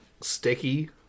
sticky